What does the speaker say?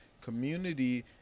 community